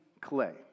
clay